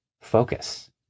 focus